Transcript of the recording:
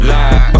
Lie